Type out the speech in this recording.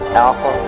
alpha